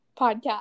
podcast